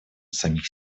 самих